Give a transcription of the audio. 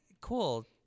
cool